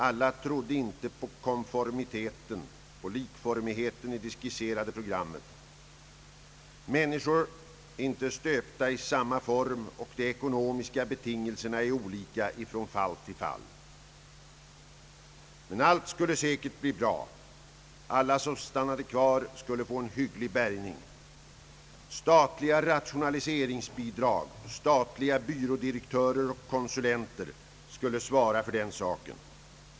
Alla trodde inte på konformiteten, på likformigheten i det skisserade programmet. Människor är inte stöpta i samma form, och de ekonomiska betingelserna är olika från fall till fall. Men allt skulle säkert bli bra; alla som stannade kvar skulle få en hygglig bärgning. ' Statliga rationaliseringsbidrag och statliga "byrådirektörer och konsulenter skulle svara för den saken.